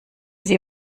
sie